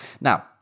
Now